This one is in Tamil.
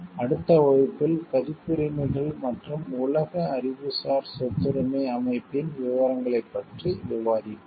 அடுத்த வகுப்பில் பதிப்புரிமைகள் மற்றும் உலக அறிவுசார் சொத்துரிமை அமைப்பின் விவரங்களைப் பற்றி விவாதிப்போம்